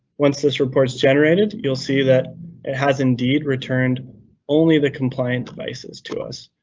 once this report is generated, you'll see that it has indeed returned only the compliant devices to us.